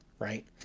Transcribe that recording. Right